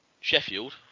Sheffield